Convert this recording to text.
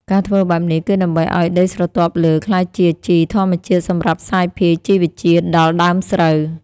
ការធ្វើបែបនេះ គឺដើម្បីឲ្យដីស្រទាប់លើក្លាយជាជីធម្មជាតិសម្រាប់សាយភាយជីវជាតិដល់ដើមស្រូវ។